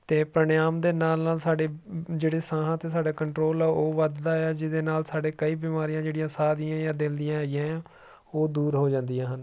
ਅਤੇ ਪ੍ਰਾਣਾਯਾਮ ਦੇ ਨਾਲ ਨਾਲ ਸਾਡੇ ਜਿਹੜੇ ਸਾਹਾਂ 'ਤੇ ਸਾਡਾ ਕੰਟਰੋਲ ਆ ਉਹ ਵੱਧਦਾ ਆ ਜਿਹਦੇ ਨਾਲ ਸਾਡੇ ਕਈ ਬਿਮਾਰੀਆਂ ਜਿਹੜੀਆਂ ਸਾਹ ਦੀਆਂ ਜਾਂ ਦਿਲ ਦੀਆਂ ਹੈਗੀਆਂ ਆ ਉਹ ਦੂਰ ਹੋ ਜਾਂਦੀਆਂ ਹਨ